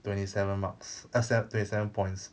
twenty seven marks eh sev~ twenty seven points